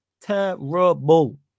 Terrible